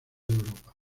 europa